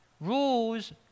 Rules